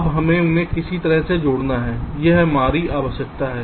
अब हमें उन्हें किसी तरह से जोड़ना है यह हमारी आवश्यकता है